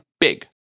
big